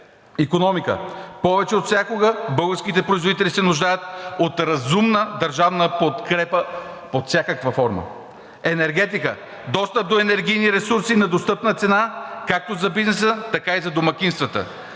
Икономика – повече от всякога българските производители се нуждаят от разумна държавна подкрепа под всякаква форма. Енергетика – достъп до енергийни ресурси на достъпна цена, както за бизнеса, така и за домакинствата.